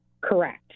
correct